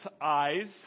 eyes